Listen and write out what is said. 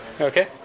Okay